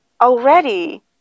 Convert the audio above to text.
already